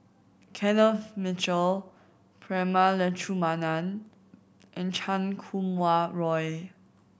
Kenneth Mitchell Prema Letchumanan and Chan Kum Wah Roy